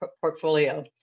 portfolio